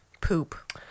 Poop